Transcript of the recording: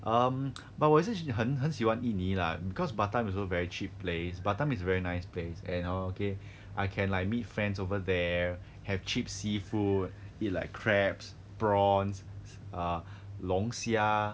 um but 我也是很很喜欢印尼 lah because batam also very cheap place batam is very nice place and orh okay I can like meet friends over there have cheap seafood eat like crabs prawns err 龙虾